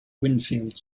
winfield